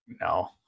No